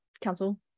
council